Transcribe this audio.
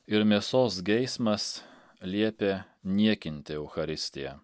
ir mėsos geismas liepė niekinti eucharistiją